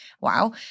Wow